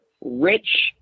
rich